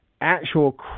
actual